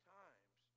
times